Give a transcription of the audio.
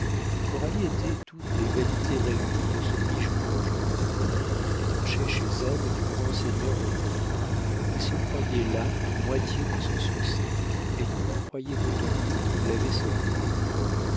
coralie était toutes les vanités réunies de ce riche bourgeois il tranchait chez elle du grand seigneur d'autrefois il se croyait là de moitié dans son succès et il le croyait d'autant mieux qu'il l'avait